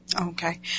Okay